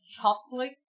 chocolate